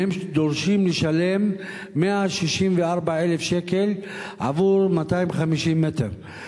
מהם דורשים לשלם 164,000 שקל עבור 250 מטר,